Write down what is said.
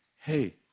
hey